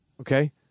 Okay